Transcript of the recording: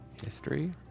History